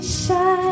shine